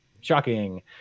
Shocking